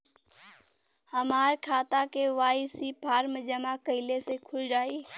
हमार खाता KYC form जमा कइले से खुल जाई?